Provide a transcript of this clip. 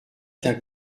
qu’un